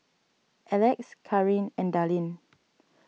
Elex Kareen and Dallin